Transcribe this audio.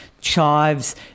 chives